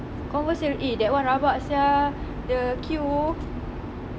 Converse sale eh that [one] rabak sia the queue